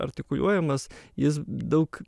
artikuliuojamas jis daug